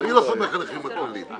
אני לא סומך עליכם בכללים.